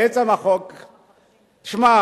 לעצם החוק, שמע,